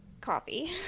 coffee